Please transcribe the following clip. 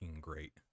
great